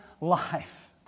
life